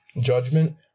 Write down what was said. Judgment